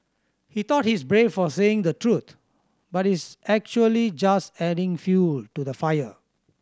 he thought he's brave for saying the truth but he's actually just adding fuel to the fire